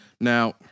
Now